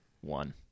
One